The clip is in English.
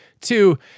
two